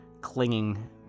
clinging